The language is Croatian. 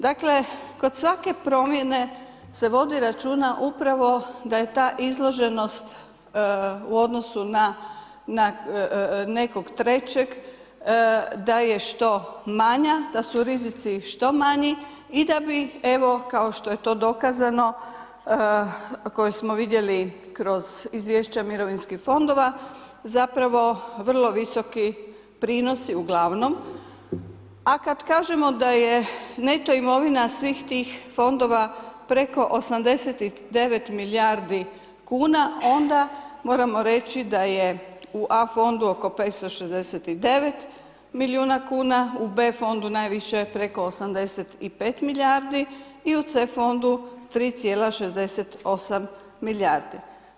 Dakle, kod svake promjene se vodi računa upravo da je ta izloženost u odnosu na nekog trećeg da je što manja, da su rizici što manji i da bi evo, kao što je to dokazano, koji smo vidjeli kroz izvješća mirovinskih fondova, zapravo vrlo visoki prinosi uglavnom a kad kažemo da je neto imovina svih tih fondova preko 89 milijardi kuna, onda moramo reći da je u A fondu oko 569 milijuna kuna, u B fondu najviše preko 85 milijardi i u C fondu 3,68 milijardi.